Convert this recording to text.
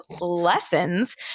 lessons